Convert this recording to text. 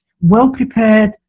well-prepared